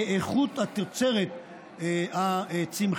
באיכות התוצרת הצמחית,